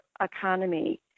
economy